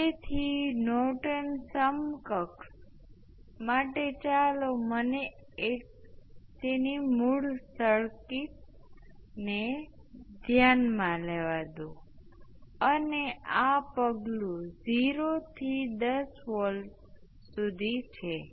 અને તે જ અહીં ગાણિતિક રીતે કર્યું છે હું ઇમ્પલ્સ અને મર્યાદિત વસ્તુ માટે ડાબી અને જમણી બાજુઓને અલગથી સંતુલિત કરવાનો પ્રયાસ કરીશ